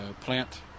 plant